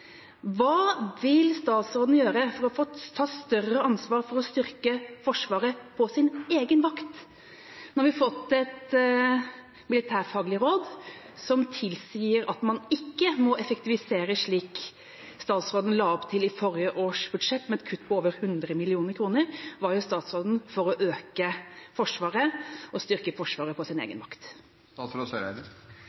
Hva vil statsråden gjøre for å ta større ansvar for å styrke Forsvaret på sin egen vakt? Nå har vi fått et fagmilitært råd som tilsier at man ikke må effektivisere slik statsråden la opp til i forrige års budsjett, med et kutt på over 100 mill. kr. Hva gjør statsråden for å øke Forsvaret og styrke Forsvaret på sin egen vakt? Denne regjeringa og jeg som statsråd